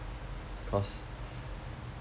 cause